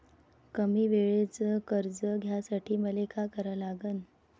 कमी वेळेचं कर्ज घ्यासाठी मले का करा लागन?